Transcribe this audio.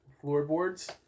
floorboards